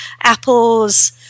Apple's